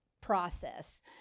process